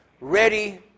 ready